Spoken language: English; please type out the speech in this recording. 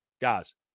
Guys